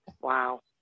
Wow